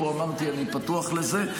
אמרתי שאני פתוח לזה,